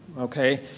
okay?